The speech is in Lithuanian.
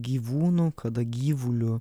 gyvūnu kada gyvuliu